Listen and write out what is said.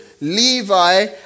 Levi